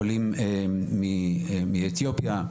עולים מאתיופיה.